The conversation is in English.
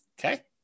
Okay